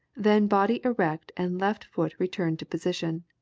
then body erect and left foot returned to position.